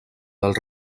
del